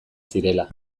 zirela